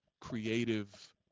creative